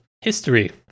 history